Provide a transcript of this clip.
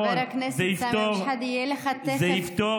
חבר הכנסת סמי אבו שחאדה,